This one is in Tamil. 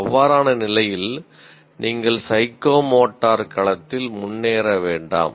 அவ்வாறான நிலையில் நீங்கள் சைக்கோமோட்டர் களத்தில் முன்னேற வேண்டாம்